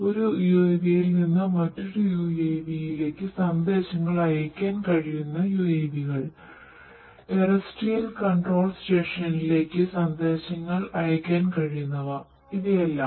ഒരു UAV യിൽ നിന്ന് മറ്റൊരു UAV യിലേക്ക് സന്ദേശങ്ങൾ അയയ്ക്കാൻ കഴിയുന്ന UAV കൾ ടെറസ്ട്രിയൽ കൺട്രോൾ സ്റ്റേഷനിലേക്ക് സന്ദേശങ്ങൾ അയക്കാൻ കഴിയുന്നവ ഇവയെല്ലാം